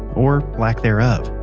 or lack thereof.